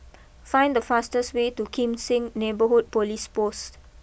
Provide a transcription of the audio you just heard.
find the fastest way to Kim Seng Neighbourhood police post